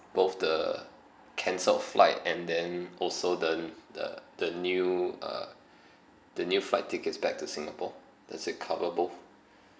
both the cancelled flight and then also the the the new uh the new flight tickets back to singapore does it cover both